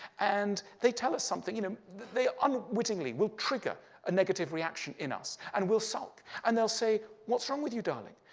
and they tell us something you know they unwittingly will trigger a negative reaction in us and we'll sulk. and they will say, what's wrong with you, darling?